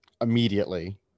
immediately